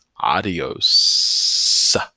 Adios